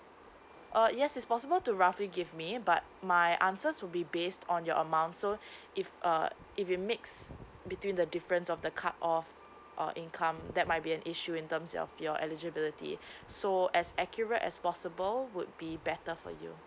ah yes is possible to roughly give me but my answers will be based on your amount so if uh if you mix between the difference of the cut off uh income that might be an issue in terms of your eligibility so as accurate as possible would be better for you